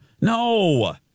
No